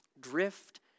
Drift